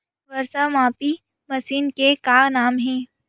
वर्षा मापी मशीन के का नाम हे?